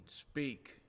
speak